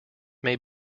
may